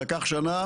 לקח שנה,